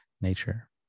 nature